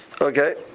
Okay